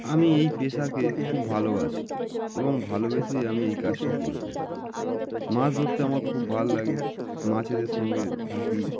আমি এই পেশাকে খুব ভালোবাসি এবং ভালোবেসেই আমি এই কাজটা করে থাকি মাছ ধরতে আমার খুব ভাল্লাগে মাছেদের সঙ্গে থাকি